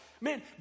man